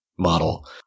Model